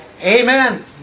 Amen